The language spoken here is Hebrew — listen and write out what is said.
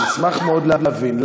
ואשמח מאוד להבין,